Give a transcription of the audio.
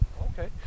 Okay